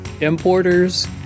importers